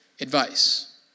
advice